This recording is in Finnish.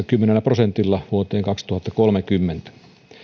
kymmenellä prosentilla vuoteen kaksituhattakolmekymmentä